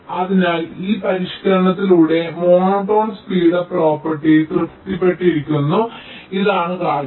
അതിനാൽ ഈ പരിഷ്ക്കരണത്തിലൂടെ മോണോടോൺ സ്പീഡപ്പ് പ്രോപ്പർട്ടി തൃപ്തിപ്പെട്ടിരിക്കുന്നു ഇതാണ് നല്ല കാര്യം